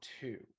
two